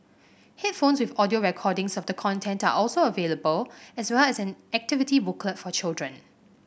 headphones with audio recordings of the content are also available as well as an activity booklet for children